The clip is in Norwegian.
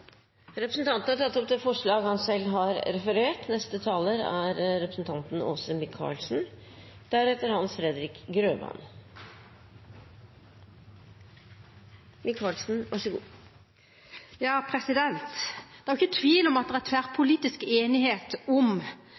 Representanten Eirik Sivertsen har tatt opp det forslaget han refererte til. Det er ikke tvil om at det er tverrpolitisk enighet om